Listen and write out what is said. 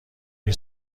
این